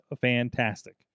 fantastic